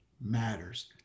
matters